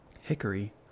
Hickory